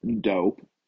dope